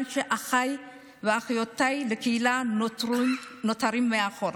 שאחיי ואחיותיי בקהילה נותרים מאחור.